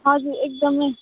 हजुर एकदमै